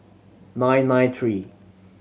nine nine three